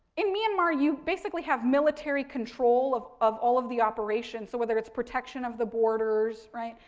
in myanmar, you basically have military control of of all of the operations, so whether it's protection of the borders, right?